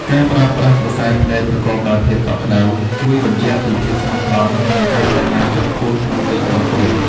ការប្រើប្រាស់ "ក្រសែភ្នែក" ប្រកបដោយភាពកក់ក្ដៅ ជួយបញ្ជាក់ពីភាពស្មោះត្រង់ និងការប្ដេជ្ញាចិត្តខ្ពស់ក្នុងកិច្ចព្រមព្រៀង។